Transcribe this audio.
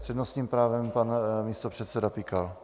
S přednostním právem pan místopředseda Pikal.